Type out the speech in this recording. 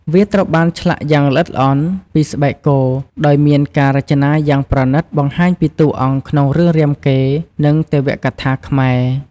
វាត្រូវបានឆ្លាក់យ៉ាងល្អិតល្អន់ពី ស្បែកគោ ដោយមានការរចនាយ៉ាងប្រណិតបង្ហាញពីតួអង្គក្នុងរឿងរាមកេរ្តិ៍ និងទេវកថាខ្មែរ។